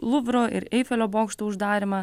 luvro ir eifelio bokšto uždarymą